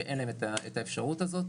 שאין להם את האפשרות הזאת,